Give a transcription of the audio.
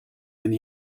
and